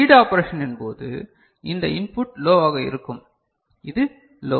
read ஆபரேஷனின் போது இந்த இன்புட் லோவாக இருக்கும் இது லோ